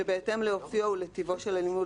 שבהתאם לאופיו ולטיבו של הלימוד,